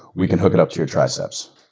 we can hook it up to your triceps.